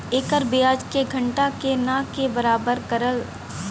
एकर ब्याज के घटा के ना के बराबर कर देवल जाला